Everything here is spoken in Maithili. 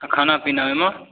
खाना पीना ओहिमे